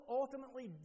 ultimately